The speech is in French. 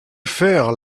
faire